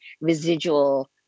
residual